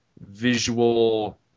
visual